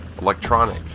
electronic